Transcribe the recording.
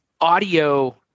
audio